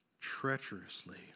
Treacherously